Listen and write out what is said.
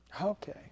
Okay